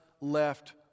left